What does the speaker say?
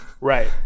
Right